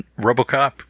Robocop